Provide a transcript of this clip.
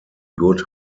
good